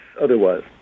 otherwise